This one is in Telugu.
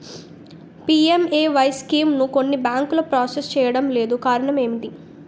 పి.ఎం.ఎ.వై స్కీమును కొన్ని బ్యాంకులు ప్రాసెస్ చేయడం లేదు కారణం ఏమిటి?